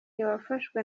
wafashwe